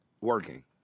Working